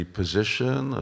position